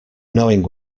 knowing